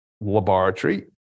laboratory